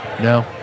No